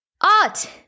Art